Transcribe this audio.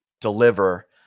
deliver